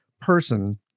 person